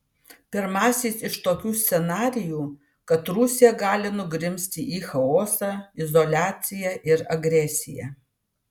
pirmasis iš tokių scenarijų kad rusija gali nugrimzti į chaosą izoliaciją ir agresiją